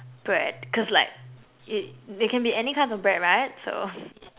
bread cause like it they can be any kinds of bread right so